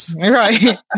Right